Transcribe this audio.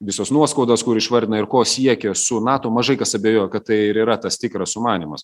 visos nuoskaudos kur išvardina ir ko siekia su nato mažai kas abejoja kad tai ir yra tas tikras sumanymas